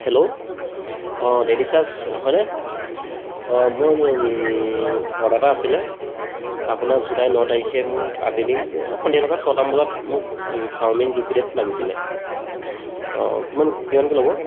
hello অঁ daily charge হয়নে অঁ মোৰ অৰ্ডাৰ এটা আছিলে আপোনাৰ জুলাই ন তাৰিখে মোক আবেলি সন্ধিয়া লগা ছটামান বজাত মোক চাওমিন দুপ্লেট লাগিছিলে অঁ কিমান কিমানকৈ ল'ব